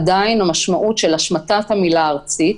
עדיין המשמעות של השמטת המילה "ארצית",